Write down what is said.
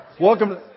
welcome